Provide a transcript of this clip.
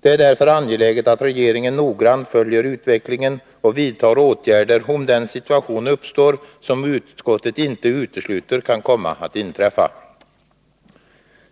Det är angeläget att regeringen noggrant följer utvecklingen och vidtar åtgärder, om den situation uppstår som utskottet inte utesluter kan komma att inträffa.